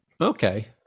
Okay